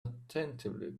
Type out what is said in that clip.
attentively